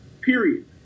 Period